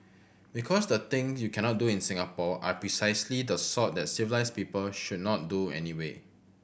because the thing you cannot do in Singapore are precisely the sort that civilised people should not do anyway